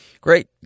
Great